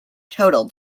totaled